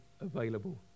available